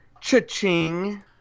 cha-ching